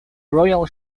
royal